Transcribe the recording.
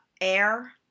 air